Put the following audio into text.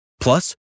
Plus